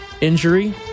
injury